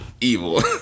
evil